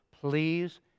please